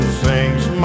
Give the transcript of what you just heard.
sings